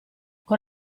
con